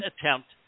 attempt